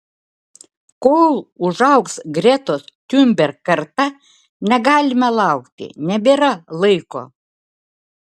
kol užaugs gretos thunberg karta negalime laukti nebėra laiko